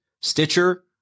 Stitcher